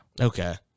Okay